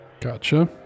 Gotcha